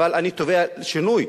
אבל אני תובע שינוי,